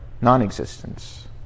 non-existence